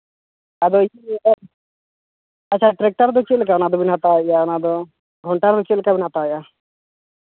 ᱟᱫᱚ ᱤᱧ ᱞᱟᱹᱭᱫᱟ ᱟᱪᱪᱷᱟ ᱴᱨᱟᱠᱴᱟᱨ ᱫᱚ ᱪᱮᱫ ᱞᱮᱠᱟ ᱚᱱᱟ ᱫᱚᱵᱮᱱ ᱦᱟᱛᱟᱣᱮᱫ ᱜᱮᱭᱟ ᱚᱱᱟᱫᱚ ᱜᱷᱚᱱᱴᱟ ᱨᱮ ᱪᱮᱫ ᱞᱮᱠᱟ ᱵᱮᱱ ᱦᱟᱛᱟᱣᱮᱫᱼᱟ